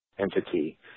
entity